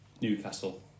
Newcastle